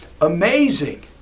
amazing